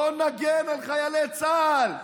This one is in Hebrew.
בואו נגן חיילי צה"ל.